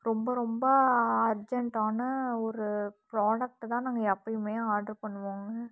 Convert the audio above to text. ரொம்ப ரொம்ப அர்ஜெண்டான ஒரு ப்ரோடக்ட்டு தான் நாங்கள் எப்போயுமே ஆர்ட்ரு பண்ணுவோங்க